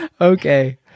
Okay